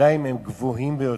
עדיין גבוהים ביותר.